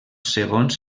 segons